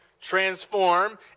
transform